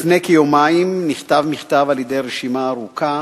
לפני כיומיים נכתב מכתב על-ידי רשימה ארוכה